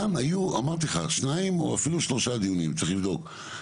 כאן היו שניים או אפילו שלושה דיונים, צריך לבדוק.